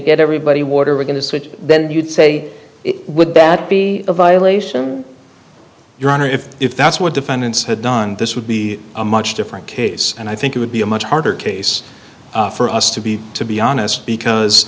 get everybody water we're going to switch then you'd say would that be a violation your honor if if that's what defendants had done this would be a much different case and i think it would be a much harder case for us to be to be honest because